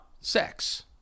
sex